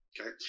Okay